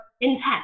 intense